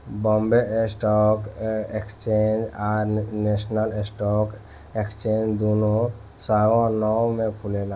Bombay stock exchange आ national stock exchange दुनो सवा नौ में खुलेला